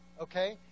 Okay